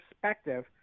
perspective